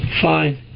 Fine